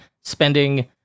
spending